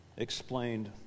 explained